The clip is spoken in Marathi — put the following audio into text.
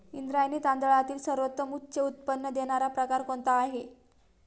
इंद्रायणी तांदळातील सर्वोत्तम उच्च उत्पन्न देणारा प्रकार कोणता आहे?